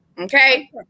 Okay